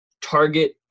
target